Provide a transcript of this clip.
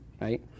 right